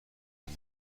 این